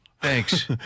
Thanks